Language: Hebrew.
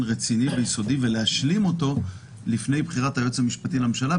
רציני ויסודי ולהשלים אותו לפני בחירת היועץ המשפטי לממשלה,